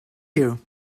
you